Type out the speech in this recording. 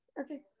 Okay